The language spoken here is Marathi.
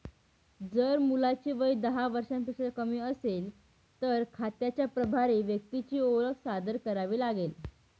जर मुलाचे वय दहा वर्षांपेक्षा कमी असेल, तर खात्याच्या प्रभारी व्यक्तीची ओळख सादर करावी लागेल